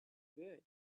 good